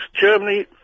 Germany